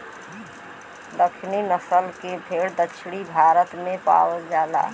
दक्कनी नसल के भेड़ दक्षिण भारत में पावल जाला